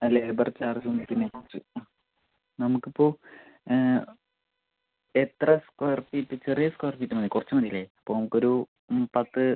ആ ലേബർ ചാർജും പിന്നെ കുറച്ച് നമുക്ക് ഇപ്പോൾ എത്ര സ്ക്വയർ ഫീറ്റ് ചെറിയ സ്ക്വയർ ഫീറ്റ് മതി കുറച്ച് മതി അല്ലെ ഇപ്പോൾ നമുക്ക് ഒരു പത്ത്